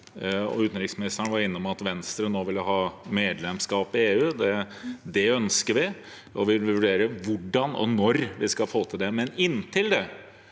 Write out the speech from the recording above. Utenriksministeren var innom at Venstre nå ville ha medlemskap i EU. Det ønsker vi, og vi vurderer hvordan og når vi skal få til det. Men inntil det